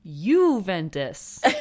Juventus